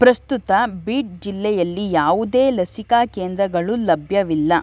ಪ್ರಸ್ತುತ ಬೀಡ್ ಜಿಲ್ಲೆಯಲ್ಲಿ ಯಾವುದೇ ಲಸಿಕಾ ಕೇಂದ್ರಗಳು ಲಭ್ಯವಿಲ್ಲ